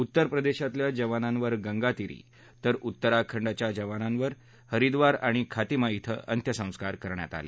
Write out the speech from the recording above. उत्तर प्रदेशातल्या जवानावर गंगातीरी तर उत्तराखंडच्या जवानांवर हरिद्वार आणि खातिमा क्रि अंत्यसंस्कार करण्यात आले